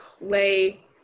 lay